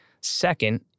Second